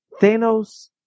Thanos